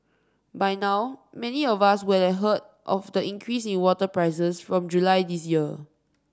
by now many of us would have heard of the increase in water prices from July this year